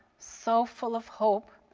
so full of hope,